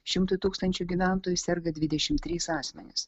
šimtui tūkstančių gyventojų serga dvidešimt trys asmenys